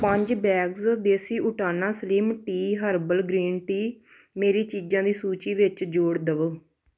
ਪੰਜ ਬੈਗਜ਼ ਦੇਸੀ ਊਟਾਨਾ slim tea herbal green tea ਮੇਰੀ ਚੀਜ਼ਾਂ ਦੀ ਸੂਚੀ ਵਿੱਚ ਜੋੜ ਦੇਵੋ